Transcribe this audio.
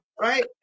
Right